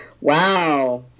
wow